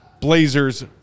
Blazers